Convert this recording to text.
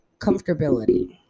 comfortability